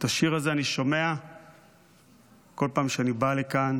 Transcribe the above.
את השיר הזה אני שומע כל פעם שאני בא לכאן